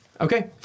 Okay